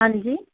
ਹਾਂਜੀ